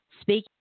speaking